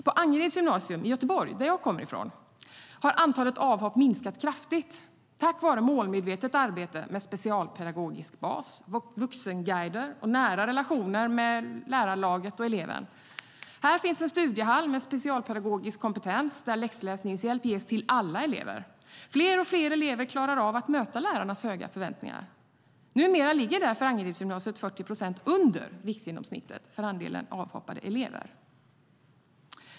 På Angereds gymnasium i Göteborg, där jag kommer ifrån, har antalet avhopp minskat kraftigt tack vare ett målmedvetet arbete med specialpedagogisk bas, vuxenguider och nära relationer mellan lärarlaget och eleven. Här finns en studiehall med specialpedagogisk kompetens där läxläsningshjälp ges till alla elever. Fler och fler elever klarar av att möta lärarnas höga förväntningar. Numera ligger därför Angeredsgymnasiet 40 procent under riksgenomsnittet när det gäller andelen avhoppade elever.